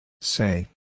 Say